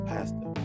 Pastor